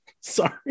Sorry